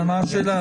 מה השאלה?